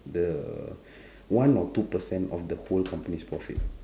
the one or two percent of the whole company's profit